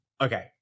Okay